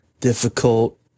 difficult